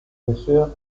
professeure